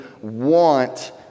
want